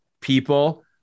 people